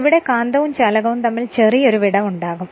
ഇവിടെ കാന്തവും ചാലകവും തമ്മിൽ ചെറിയൊരു വിടവുണ്ടാകും